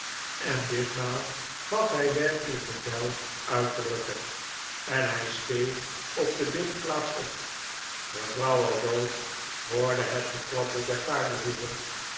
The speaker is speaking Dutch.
en ditmaal gaf hij werkelijk bevel uit te rukken en hij steeg op de binnenplaats op mevrouw o'dowd hoorde het getrappel der paardenhoeven